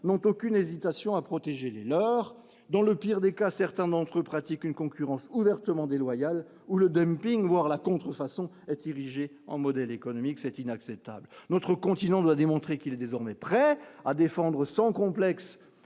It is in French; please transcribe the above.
n'ont aucune hésitation à protéger le nord, dans le pire des cas, certains d'entre eux pratiquent une concurrence ouvertement déloyale ou le dumping, voire la contrefaçon est érigée en modèle économique, c'est inacceptable, notre continent doit démontrer qu'il est désormais prêt à défendre sans complexe